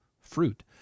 fruit